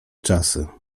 czasy